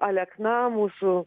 alekna mūsų